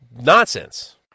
nonsense